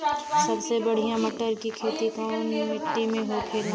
सबसे बढ़ियां मटर की खेती कवन मिट्टी में होखेला?